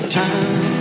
time